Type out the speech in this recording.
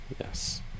Yes